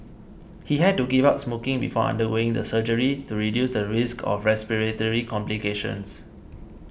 he had to give up smoking before undergoing the surgery to reduce the risk of respiratory complications